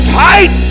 fight